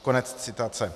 Konec citace.